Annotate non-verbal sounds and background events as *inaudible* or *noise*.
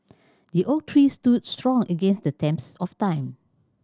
the oak tree stood strong against the *unintelligible* of time